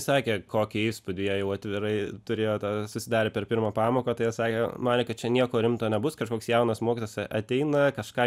sakė kokį įspūdį jei jau atvirai turėjo tą susidarė per pirmą pamoką tai jie sakė manė kad čia nieko rimto nebus kažkoks jaunas mokytojas ateina kažką